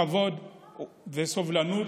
כבוד וסובלנות,